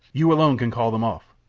you alone can call them off.